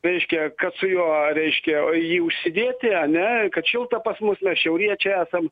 reiškia kad su juo reiškia jį užsidėti ane kad šilta pas mus šiauriečiai esam